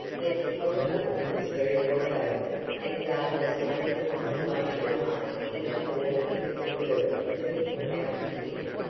yet the pocketbook was very wide open, and gardner's only consolation lay in a tall english girl whom he took out to dinner.